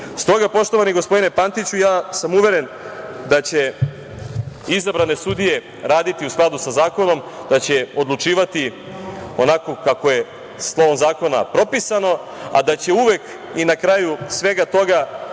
poštovani gospodine Pantiću ja sam uveren da će izabrane sudije raditi u skladu sa zakonom, da će odlučivati onako kako je slovom zakona propisano, a da će uvek i na kraju svega toga